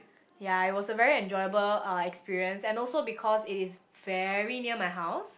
ya it was a very enjoyable uh experience and also because it is very near my house